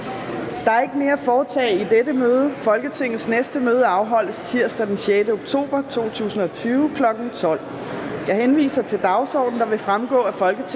Der er ikke mere at foretage i dette møde. Folketingets næste møde afholdes tirsdag den 6. oktober 2020, kl. 12.00. Jeg henviser til den dagsorden, der vil fremgå